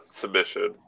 submission